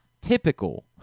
typical